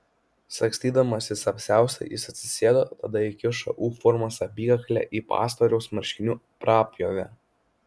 sagstydamasis apsiaustą jis atsisėdo tada įkišo u formos apykaklę į pastoriaus marškinių prapjovę